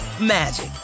magic